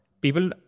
People